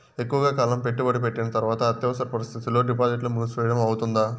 ఎక్కువగా కాలం పెట్టుబడి పెట్టిన తర్వాత అత్యవసర పరిస్థితుల్లో డిపాజిట్లు మూసివేయడం అవుతుందా?